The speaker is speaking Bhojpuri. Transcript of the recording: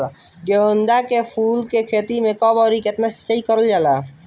गेदे के फूल के खेती मे कब अउर कितनी सिचाई कइल जाला?